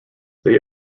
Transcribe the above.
they